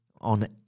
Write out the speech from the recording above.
on